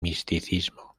misticismo